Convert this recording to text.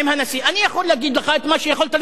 אני יכול להגיד לך את מה שיכולת לשמוע ממנו,